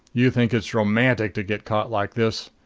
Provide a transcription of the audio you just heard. you think it's romantic to get caught like this.